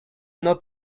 not